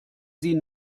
sie